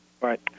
Right